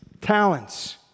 talents